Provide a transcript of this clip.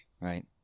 Right